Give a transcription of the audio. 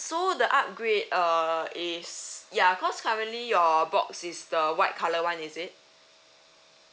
so the upgrade uh is ya cause currently your box is the white colour one is it